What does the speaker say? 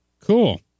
Cool